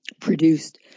produced